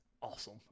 awesome